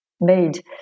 made